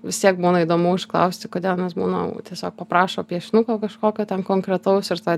vis tiek būna įdomu užklausti kodėl nes būna tiesiog paprašo piešinuko kažkokio ten konkretaus ir tada